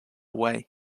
way